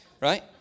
right